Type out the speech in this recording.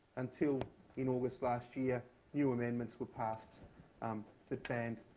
until in august last year new amendments were passed um that banned